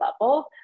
level